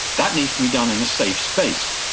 that needs to be done in a safe space,